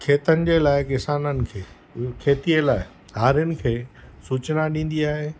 खेतनि जे लाए किसाननि खे खेतीअ लाइ हारियुनि खे सुचना ॾींदी आहे